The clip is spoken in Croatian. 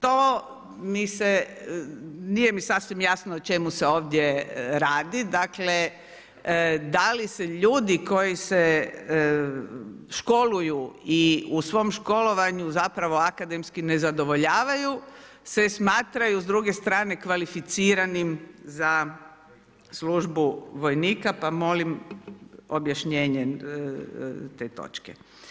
To mi se nije mi sasvim jasno o čemu se ovdje radi, dakle da li se ljudi koji se školuju i u svom školovanju akademski ne zadovoljavanju se smatraju s druge strane kvalificiranim za službu vojnika, pa molim objašnjenje te točke.